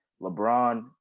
LeBron